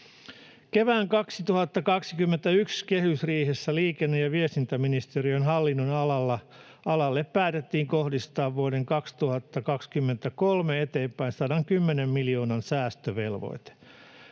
Kevään 2021 kehysriihessä liikenne- ja viestintäministeriön hallinnonalalle päätettiin kohdistaa vuodesta 2023 eteenpäin 110 miljoonan säästövelvoite.